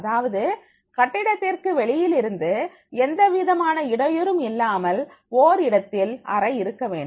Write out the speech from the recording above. அதாவது கட்டிடத்திற்கு வெளியிலிருந்து எந்தவிதமான இடையூறும் இல்லாமல் ஒரு இடத்தில் அறை இருக்க வேண்டும்